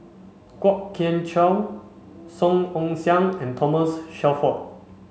Kwok Kian Chow Song Ong Siang and Thomas Shelford